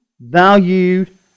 valued